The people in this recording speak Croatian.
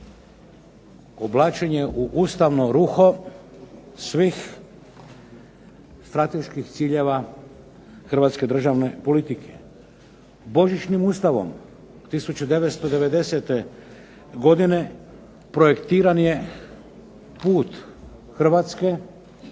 oblačenje u ustavno ruho svih strateških ciljeva hrvatske državne politike. "Božićnim ustavom" 1990.-te godine projektiran je put Hrvatske u